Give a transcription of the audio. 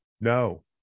no